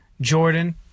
Jordan